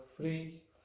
free